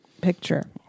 picture